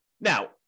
Now